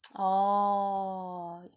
orh